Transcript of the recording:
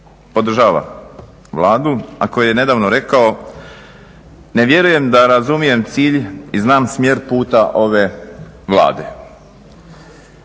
podržava Vladu, a koji je nedavno rekao: "Ne vjerujem da razumijem cilj i znam smjer puta ove Vlade",